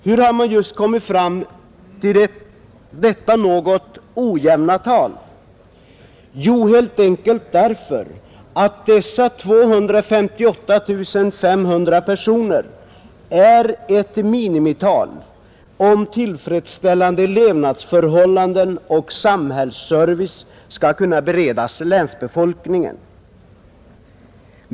Hur har man just kommit fram till detta något ojämna tal? Jo, helt enkelt därför att dessa 258 500 personer är ett minimital, om tillfredsställande levnadsförhållanden och samhällsservice skall kunna beredas länsbefolkningen.